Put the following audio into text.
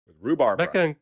rhubarb